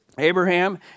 Abraham